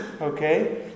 okay